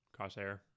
Crosshair